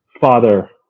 father